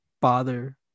bother